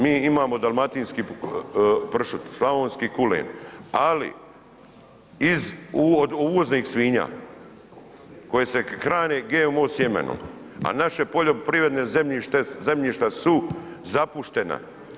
Mi imamo dalmatinski pršut, slavonski kulen, ali iz uvoznih svinja koje se hrane GMO sjemenom, a naša poljoprivredna zemljišta su zapuštena.